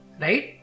Right